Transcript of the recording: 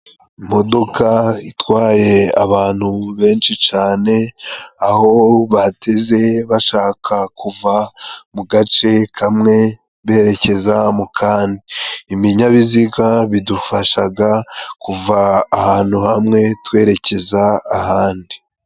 Imodoka itwaye abantu benshi cane, aho bahateze bashaka kuva mu gace kamwe berekeza mu kandi. Iminyabiziga bidufashaga kuva ahantu hamwe twerekeza ahandi.